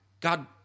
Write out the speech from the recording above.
God